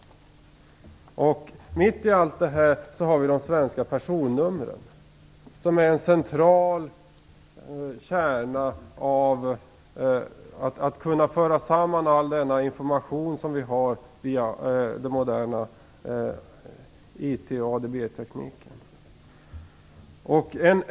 Mitt i allt detta har vi de svenska personnumren. De är en central kärna där man kan föra samman all den information som vi har via den moderna ADB tekniken och IT.